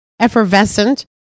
effervescent